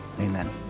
Amen